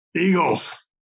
eagles